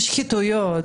משחיתויות,